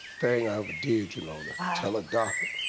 thing i ever did, you know and ah tell a doctor,